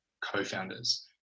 co-founders